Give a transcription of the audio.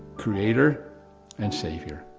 creator and savior,